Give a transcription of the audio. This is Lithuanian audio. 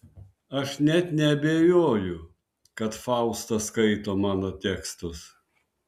aš net neabejoju kad fausta skaito mano tekstus